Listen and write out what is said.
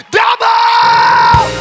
double